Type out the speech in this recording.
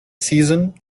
season